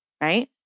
right